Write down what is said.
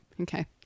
Okay